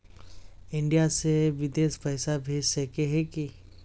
India से बिदेश पैसा भेज सके है की?